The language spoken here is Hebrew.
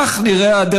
כך נראית,